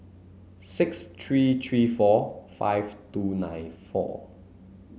six three three four five two nine four